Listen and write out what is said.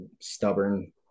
stubborn